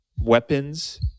weapons